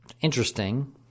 Interesting